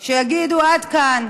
שיגידו: עד כאן.